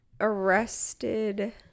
arrested